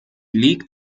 liegt